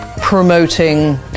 promoting